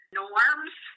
norms